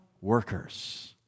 workers